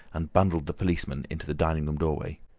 and bundled the policemen into the dining-room doorway.